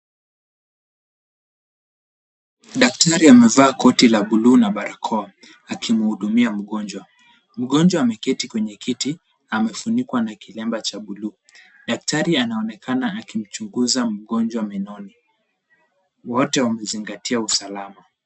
Daktari amevaa koti la blue na barakao, akimhudumia mgonjwa. Mgonjwa ameketi kwenye kiti, amefunikwa na kilemba cha blue . Daktari anaonekana akimchunguza mgonjwa menoni. Wote wamezingatia usalama.